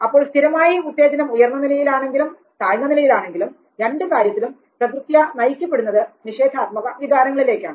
അപ്പോൾ സ്ഥിരമായി ഉത്തേജനം ഉയർന്ന നിലയിൽ ആണെങ്കിലും താഴ്ന്ന നിലയിൽ ആണെങ്കിലും രണ്ടു കാര്യത്തിലും പ്രകൃത്യാ നയിക്കപ്പെടുന്നത് നിഷേധാത്മക വികാരങ്ങളിലേക്കാണ്